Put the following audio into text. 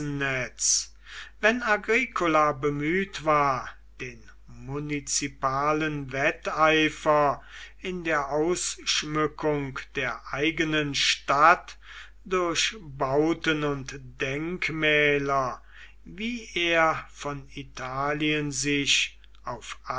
wenn agricola bemüht war den munizipalen wetteifer in der ausschmückung der eigenen stadt durch bauten und denkmäler wie er von italien sich auf